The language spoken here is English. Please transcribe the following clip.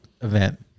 event